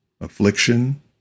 affliction